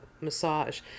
massage